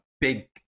big